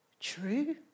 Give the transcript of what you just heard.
true